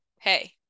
Hey